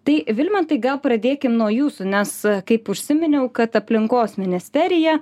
tai vilmantai gal pradėkim nuo jūsų nes kaip užsiminiau kad aplinkos ministerija